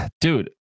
dude